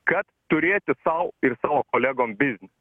kad turėti sau ir savo kolegom biznį